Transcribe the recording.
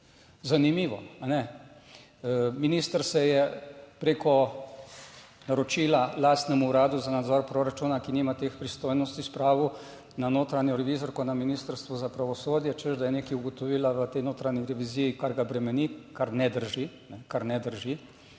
Zanimivo, a ne? Minister se je preko naročila lastnemu uradu za nadzor proračuna, ki nima teh pristojnosti, spravil na notranjo revizorko na Ministrstvu za pravosodje, češ da je nekaj ugotovila v tej notranji reviziji, kar ga bremeni, kar ne drži, kar ne drži,